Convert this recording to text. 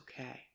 okay